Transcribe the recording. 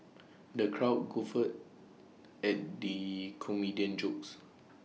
the crowd guffawed at the comedian's jokes